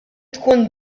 tkun